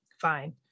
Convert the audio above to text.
fine